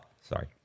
Sorry